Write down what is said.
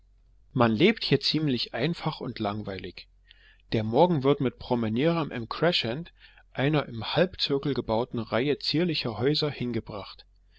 man lebt hier ziemlich einfach und langweilig der morgen wird mit promenieren im crescent einer im halbzirkel gebauten reihe zierlicher häuser hingebracht